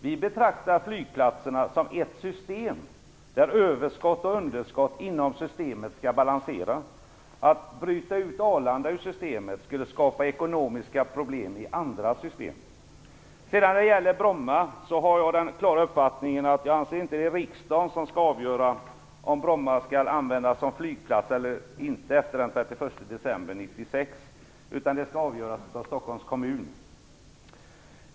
Vi betraktar flygplatserna som ett system där överskott och underskott inom systemet skall balansera. Att bryta ut Arlanda ur systemet skulle skapa ekonomiska problem i andra system. När det gäller Bromma har jag den klara uppfattningen att jag inte anser att det är riksdagen som skall avgöra om Bromma skall användas som flygplats eller inte efter den 31 december 1996.